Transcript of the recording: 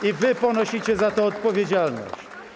I wy ponosicie za to odpowiedzialność.